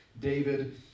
David